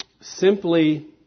simply